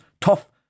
tough